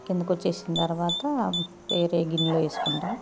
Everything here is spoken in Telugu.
కిందకు వచ్చేసిన తర్వాత వేరే గిన్నెలో వేసుకుంటాం